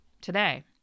today